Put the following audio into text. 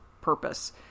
purpose